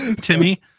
Timmy